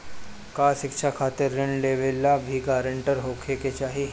का शिक्षा खातिर ऋण लेवेला भी ग्रानटर होखे के चाही?